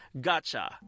gotcha